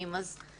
אני זורקת את זה.